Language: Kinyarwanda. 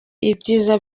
ibyiza